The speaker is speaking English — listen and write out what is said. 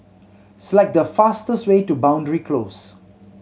select the fastest way to Boundary Close